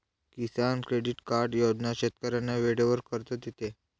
किसान credit card योजना शेतकऱ्यांना वेळेवर कर्ज देते